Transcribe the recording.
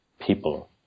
people